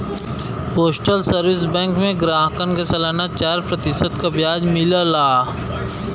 postal saving bank में ग्राहकन के सलाना चार प्रतिशत क ब्याज मिलला